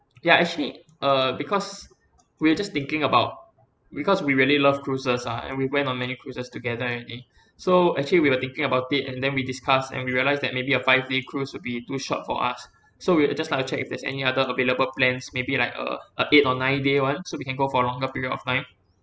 ya actually uh because we're just thinking about because we really love cruises ah and we went on many cruises together already so actually we were thinking about it and then we discussed and we realised that maybe a five day cruise would be too short for us so we would just like to check if there's any other available plans maybe like uh a eight or nine day one so we can go for a longer period of time